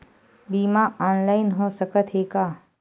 बीमा ऑनलाइन हो सकत हे का?